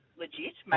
legit